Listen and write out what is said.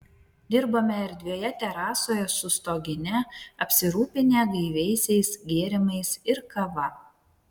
dirbome erdvioje terasoje su stogine apsirūpinę gaiviaisiais gėrimais ir kava